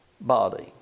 body